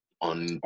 On